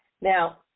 Now